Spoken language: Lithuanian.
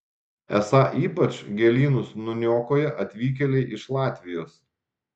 esą ypač gėlynus nuniokoja atvykėliai iš latvijos